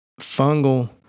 fungal